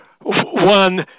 One